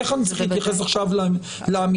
איך אני צריך להתייחס עכשיו לאמירות